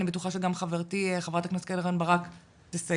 אני בטוחה שגם חברתי, חברת הכנסת קרן ברק, תסייע.